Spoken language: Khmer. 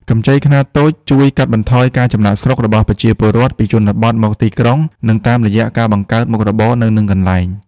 កម្ចីខ្នាតតូចជួយកាត់បន្ថយការចំណាកស្រុករបស់ប្រជាពលរដ្ឋពីជនបទមកទីក្រុង តាមរយៈការបង្កើតមុខរបរនៅនឹងកន្លែង។